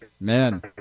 Man